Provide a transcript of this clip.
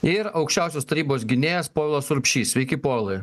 ir aukščiausios tarybos gynėjas povilas urbšys sveiki povilai